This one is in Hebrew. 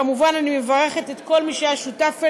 כמובן, אני מברכת את כל מי שהיה שותף אליה,